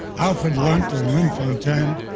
alfred lunt and lynn fontanne,